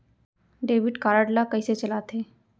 Debit card ला कइसे चलाते?